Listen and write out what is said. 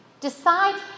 Decide